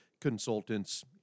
consultants